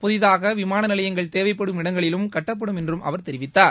புதிதாக விமான நிலையங்கள் தேவைப்படும் இடங்களில் கட்டப்படும் என்றும் அவர் தெரிவித்தார்